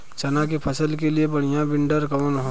चना के फसल के लिए बढ़ियां विडर कवन ह?